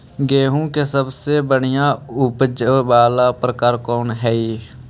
गेंहूम के सबसे बढ़िया उपज वाला प्रकार कौन हई?